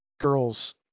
girls